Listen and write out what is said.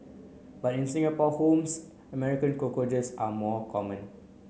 but in Singapore homes American cockroaches are more common